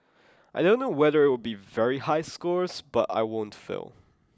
I don't know whether it'll be very high scores but I won't fail